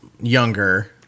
younger